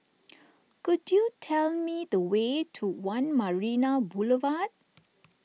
could you tell me the way to one Marina Boulevard